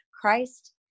Christ